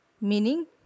meaning